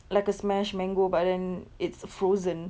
like a smashed mango but then it's frozen